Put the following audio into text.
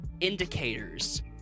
indicators